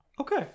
Okay